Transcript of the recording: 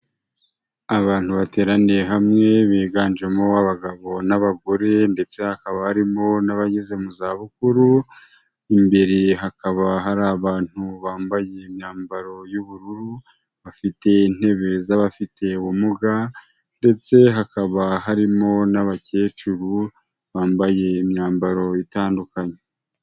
Abantu bateraniye hamwe biganjemo abagabo n'abagore ndetse hakaba harimo n'abageze mu zabukuru, imbere hakaba hari abantu bambaye imyambaro y'ubururu, bafite intebe z'abafite ubumuga ndetse hakaba harimo n'abakecuru bambaye imyambaro itandukanye.